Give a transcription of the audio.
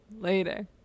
later